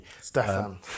Stefan